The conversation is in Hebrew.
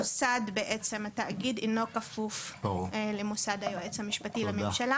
התאגיד אינו כפוף למוסד היועץ המשפטי לממשלה,